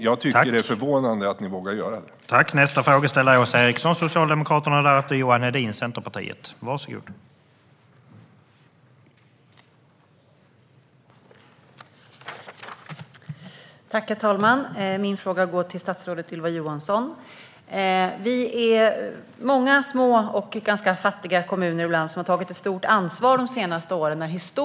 Jag tycker att det är förvånande att ni vågar göra det, Mats Green.